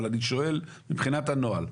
אבל אני שואל מבחינת הנוהל.